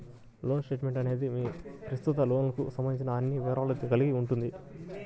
loan statement అనేది మీ ప్రస్తుత లోన్కు సంబంధించిన అన్ని వివరాలను కలిగి ఉంటుంది